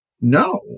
No